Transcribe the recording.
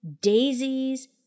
daisies